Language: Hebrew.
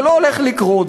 זה לא הולך לקרות.